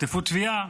תחטפו תביעה.